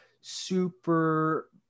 super